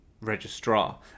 registrar